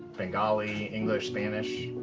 bengali, english, spanish.